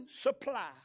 supply